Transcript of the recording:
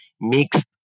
mixed